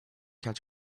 catch